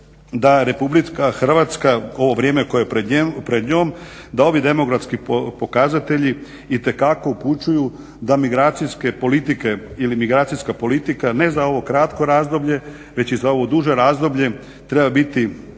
da RH, ovo vrijeme koje je pred njom da ovi demografski pokazatelji itekako upućuju da migracijske politike ili migracijska politika ne za ovo kratko razdoblje već i za ovo duže razdoblje treba biti